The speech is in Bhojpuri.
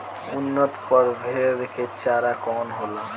उन्नत प्रभेद के चारा कौन होला?